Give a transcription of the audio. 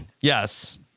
Yes